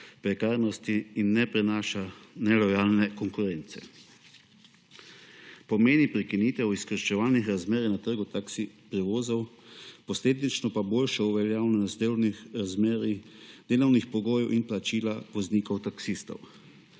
prekarnosti in prinaša nelojalne konkurence. Pomeni prekinitev izkoriščevalnih razmer na trgu taksi prevozov, posledično pa boljšo »uveljavnost«(?) delovnih razmerij, delovnih pogojev in plačila voznikov taksistov.